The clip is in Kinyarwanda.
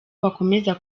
bakomeza